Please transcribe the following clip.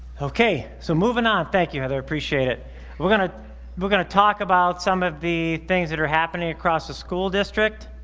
okay so moving on thank you heather appreciate it we're gonna we're gonna talk about some of the things that are happening across the school district